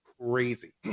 crazy